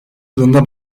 yılında